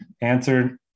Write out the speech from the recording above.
answered